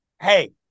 hey